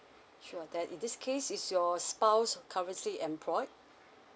sure then in this case is your spouse currently employed